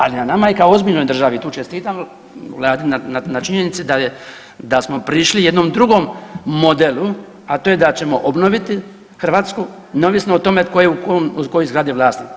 Ali na nama je kao ozbiljnoj državi tu čestitam Vladi na činjenici da smo prišli jednom drugom modelu, a to je da ćemo obnoviti Hrvatsku neovisno o tome tko je u kojoj zgradi vlasnik.